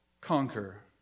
conquer